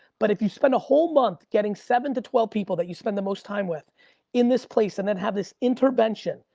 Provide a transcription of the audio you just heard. but if you spend a whole month getting seven to twelve people that you spend the most time with in this place, and then have this intervention